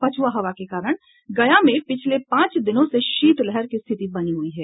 पछुआ हवा के कारण गया में पिछले पांच दिनों से शीतलहर की स्थिति बनी हुई है